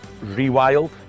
rewild